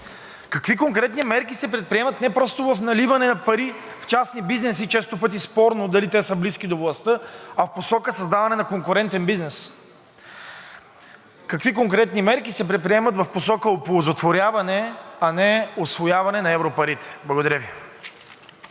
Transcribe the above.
Какви конкретни мерки се предприемат не просто в наливане на пари в частни бизнеси и често пъти спорно дали те са близки до властта, а в посока създаване на конкурентен бизнес? Какви конкретни мерки се предприемат в посока оползотворяване, а не усвояване на европарите? Благодаря Ви.